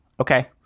okay